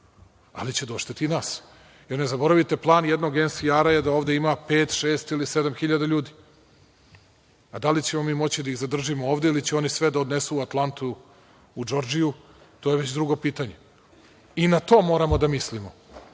ali će da odšteti i nas, jer ne zaboravite plan jednog NSA je da ovde ima pet, šest ili sedam hiljada ljudi, a da li ćemo mi moći da ih zadržimo ovde ili će oni sve da odnesu u Atlantu, u DŽordžiju, to je već drugo pitanje. I na to moramo da mislimo,